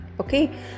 Okay